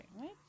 Right